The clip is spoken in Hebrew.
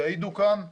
יעידו כאן הנציגים.